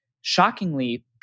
shockingly